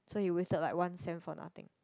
so he wasted like one sem for nothing